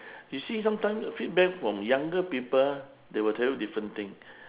you see sometime feedback from younger people they will tell you different thing